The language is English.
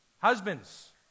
Husbands